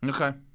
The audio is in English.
Okay